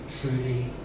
truly